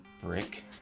brick